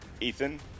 Ethan